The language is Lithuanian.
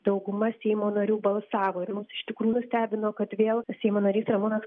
dauguma seimo narių balsavo ir mums iš tikrųjų stebino kad vėl seimo narys ramūnas